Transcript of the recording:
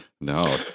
No